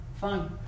Fine